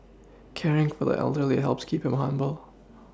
caring for the elderly helps keep him humble